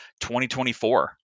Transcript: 2024